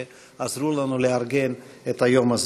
שעזרה לנו לארגן את היום הזה.